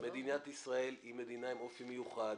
מדינת ישראל היא מדינה עם אופי מיוחד,